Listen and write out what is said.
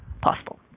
possible